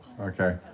Okay